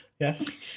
Yes